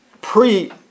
pre